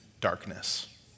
darkness